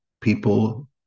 people